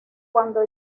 cuando